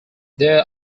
there